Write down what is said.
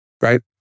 right